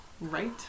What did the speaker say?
Right